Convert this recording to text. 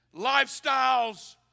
lifestyles